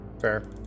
Fair